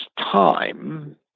time